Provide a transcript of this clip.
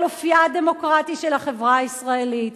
על אופיה הדמוקרטי של החברה הישראלית.